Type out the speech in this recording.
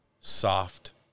soft